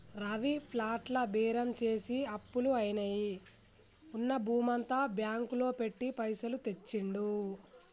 రవి ప్లాట్ల బేరం చేసి అప్పులు అయినవని ఉన్న భూమంతా బ్యాంకు లో పెట్టి పైసలు తెచ్చిండు